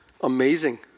Amazing